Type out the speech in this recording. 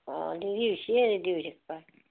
দেৰি হৈছে ৰেডি হৈ থাক্বা